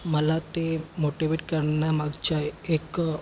मला ते मोटिवेट करण्यामागचा एक